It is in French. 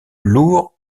lourd